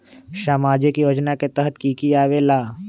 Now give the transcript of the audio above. समाजिक योजना के तहद कि की आवे ला?